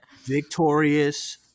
victorious